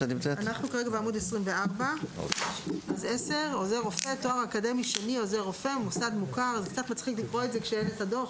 אנחנו כרגע בעמוד 24. קצת מצחיק לקרוא את זה כשאין הדוח.